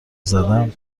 زدم